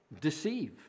deceive